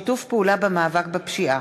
חישוב ניצול ימי חופשה בעת פדיון חופשה),